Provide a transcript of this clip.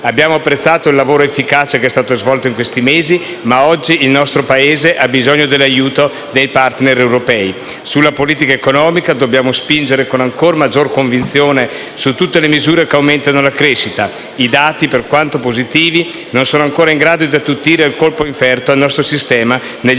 Abbiamo apprezzato il lavoro efficace svolto in questi mesi, ma oggi il nostro Paese ha bisogno dell'aiuto dei *partner* europei. Sulla politica economica dobbiamo spingere con ancora maggiore convinzione su tutte le misure che aumentino la crescita. I dati, per quanto positivi, non sono ancora in grado di attutire il colpo inferto al nostro sistema negli anni